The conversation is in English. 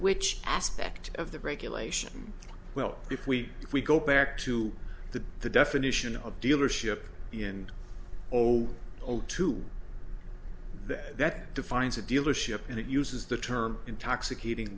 which aspect of the regulation well if we if we go back to the the definition of dealership in zero zero two that that defines a dealership and it uses the term intoxicating